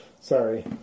Sorry